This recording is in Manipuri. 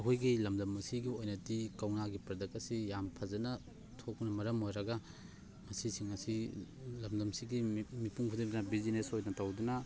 ꯑꯩꯈꯣꯏꯒꯤ ꯂꯝꯗꯝ ꯑꯁꯤꯒꯤ ꯑꯣꯏꯅꯗꯤ ꯀꯧꯅꯥꯒꯤ ꯄ꯭ꯔꯣꯗꯛ ꯑꯁꯤ ꯌꯥꯝ ꯐꯖꯅ ꯊꯣꯛꯄꯅ ꯃꯔꯝ ꯑꯣꯏꯔꯒ ꯃꯁꯤꯁꯤꯡ ꯑꯁꯤ ꯂꯝꯗꯝꯁꯤꯒꯤ ꯃꯤꯄꯨꯡ ꯈꯨꯗꯤꯡꯃꯛꯅ ꯕꯤꯖꯤꯅꯦꯁ ꯑꯣꯏꯅ ꯇꯧꯗꯨꯅ